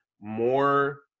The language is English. more